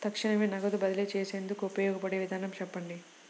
తక్షణమే నగదు బదిలీ చేసుకునేందుకు ఉపయోగపడే విధానము చెప్పండి?